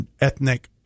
ethnic